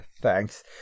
Thanks